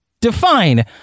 define